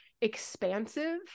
expansive